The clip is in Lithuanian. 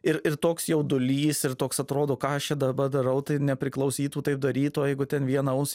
ir ir toks jaudulys ir toks atrodo ką aš čia daba darau tai nepriklausytų taip daryt o jeigu ten vieną aus